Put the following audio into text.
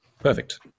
Perfect